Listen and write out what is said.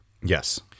yes